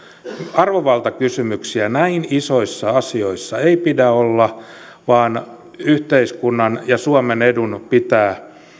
arvovaltakysymyksiä näin isoissa asioissa ei pidä olla vaan yhteiskunnan ja suomen edun pitää